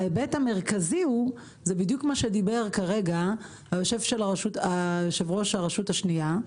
ההיבט המרכזי הוא בדיוק מה שדיבר עליו יושב-ראש הרשות השנייה,